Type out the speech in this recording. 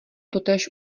totéž